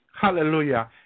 Hallelujah